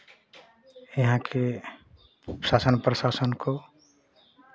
यहाँ के शासन प्रशासन को